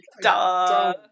Duh